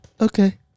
Okay